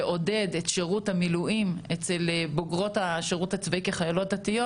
לעודד את שירות המילואים אצל בגרות השירות הצבאי כחיילות דתיות